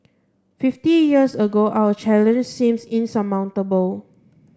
fifty years ago our challenges seemed insurmountable